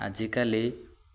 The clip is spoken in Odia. ଆଜିକାଲି